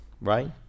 Right